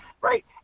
right